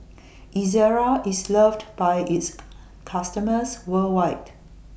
Ezerra IS loved By its customers worldwide